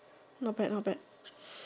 not bad not bad